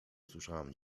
usłyszałam